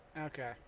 Okay